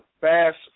Fast